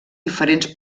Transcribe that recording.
diferents